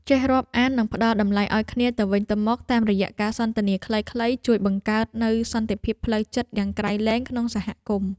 ចេះរាប់អាននិងផ្ដល់តម្លៃឱ្យគ្នាទៅវិញទៅមកតាមរយៈការសន្ទនាខ្លីៗជួយបង្កើតនូវសន្តិភាពផ្លូវចិត្តយ៉ាងក្រៃលែងក្នុងសហគមន៍។